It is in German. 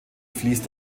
fließt